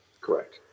Correct